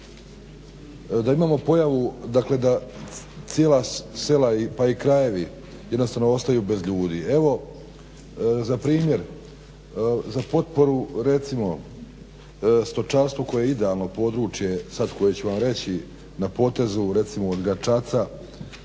da imamo pojavu da cijela sela pa i krajevi jednostavno ostaju bez ljudi. Evo, za primjer za potporu recimo stočarstvu koje je idealno područje sad koje ću vam reći na potezu recimo od Gračaca,